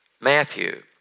Matthew